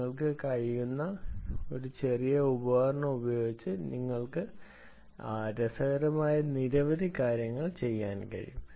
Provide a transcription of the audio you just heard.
നിങ്ങൾക്ക് ഈ ചെറിയ ഉപകരണം ഉപയോഗിച്ച് നിങ്ങൾക്ക് രസകരമായ നിരവധി കാര്യങ്ങൾ ചെയ്യാൻ കഴിയും